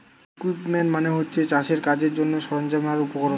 equipment মানে হচ্ছে চাষের কাজের জন্যে সরঞ্জাম আর উপকরণ